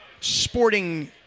sporting